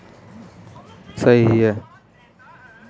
Waltham अंगूर बड़े आकार का होता है